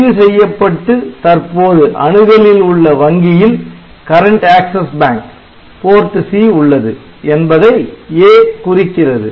தெரிவு செய்யப்பட்டு தற்போது அணுகலில் உள்ள வங்கியில் PORT C உள்ளது என்பதை 'a' குறிக்கிறது